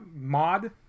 mod